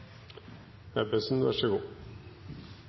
– vær så god.